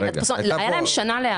הייתה להם שנה להיערך.